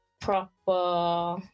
proper